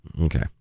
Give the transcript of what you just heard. Okay